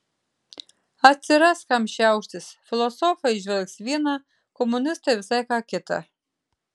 atsiras kam šiauštis filosofai įžvelgs viena komunistai visai ką kita